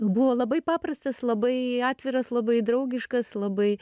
buvo labai paprastas labai atviras labai draugiškas labai